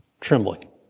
trembling